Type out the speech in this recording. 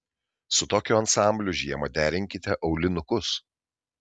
su tokiu ansambliu žiemą derinkite aulinukus